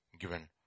given